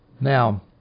Now